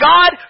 God